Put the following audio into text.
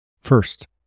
First